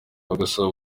bagasaba